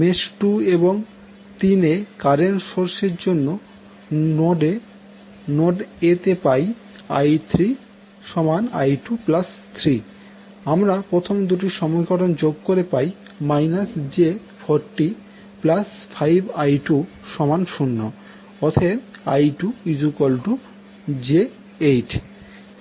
mesh 2 এবং 3 এ current source এর জন্য নোড a তে পাই I3I23 আমরা প্রথম দুটি সমীকরণ যোগ করে পাই j405I20 অতএব I2j8